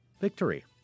victory